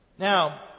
Now